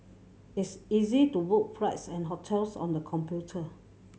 it's easy to book flights and hotels on the computer